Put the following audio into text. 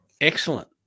excellent